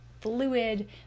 fluid